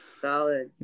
solid